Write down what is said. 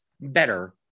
better